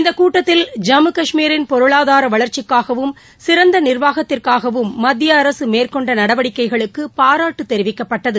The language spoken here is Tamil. இந்த கூட்டத்தில் ஜம்மு கஷ்மீரின் பொருளாதார வளர்ச்சிக்காகவும் சிறந்த நிர்வாகத்திற்காகவும் மத்திய அரசு மேற்கொண்ட நடவடிக்கைகளுக்கு பாராட்டு தெரிவிக்கப்பட்டது